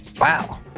Wow